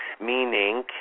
Meaning